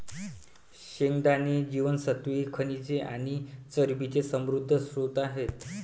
शेंगदाणे जीवनसत्त्वे, खनिजे आणि चरबीचे समृद्ध स्त्रोत आहेत